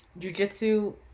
jujitsu